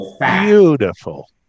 Beautiful